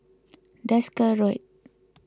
Desker Road